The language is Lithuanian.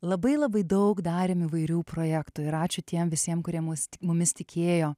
labai labai daug darėm įvairių projektų ir ačiū tiem visiem kurie mus mumis tikėjo